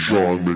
John